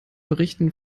berichten